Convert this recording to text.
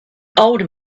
old